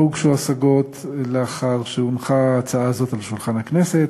לא הוגשו השגות לאחר שהונחה ההצעה הזאת על שולחן הכנסת.